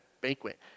banquet